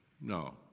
No